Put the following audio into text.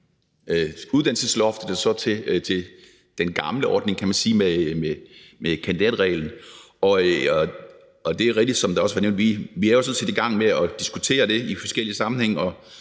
uddannelsesloftet og til den gamle ordning med kandidatreglen. Det er rigtigt, som det også er blevet nævnt, at vi sådan set er i gang med at diskutere det i forskellige sammenhænge,